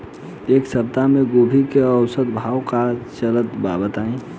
एक सप्ताह से गोभी के औसत भाव का चलत बा बताई?